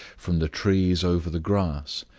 from the trees over the grass,